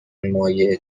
مایع